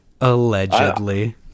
allegedly